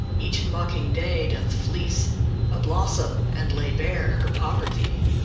each mocking day doth fleece a blossom, and lay bare her poverty.